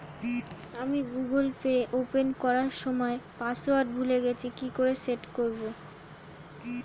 আমি Google pay open করার সময় পাসওয়ার্ড ভুলে গেছি কি করে সেট করব?